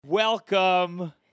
Welcome